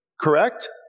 Correct